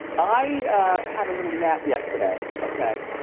i had a little nap yesterday, okay.